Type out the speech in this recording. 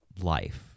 life